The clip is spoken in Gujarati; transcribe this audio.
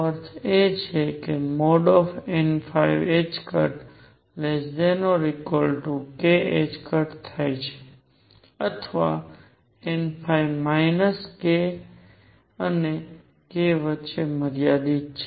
અથવા n માઇનસ k અને k વચ્ચે મર્યાદિત છે